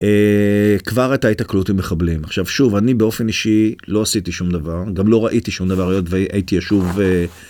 כבר הייתה התקלות עם מחבלים עכשיו שוב אני באופן אישי לא עשיתי שום דבר גם לא ראיתי שום דבר היות והייתי ישוב.